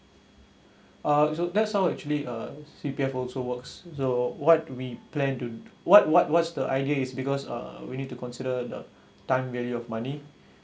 uh so that's how actually uh C_P_F also works so what we plan to what what what's the idea is because uh we need to consider the time value of money